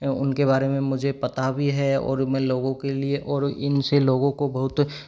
उनके बारे में मुझे पता भी है और मैं लोगों के लिए और इनसे लोगों को बहुत